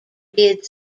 did